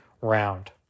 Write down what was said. round